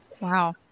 Wow